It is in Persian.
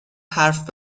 حرف